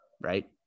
right